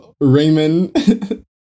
raymond